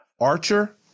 Archer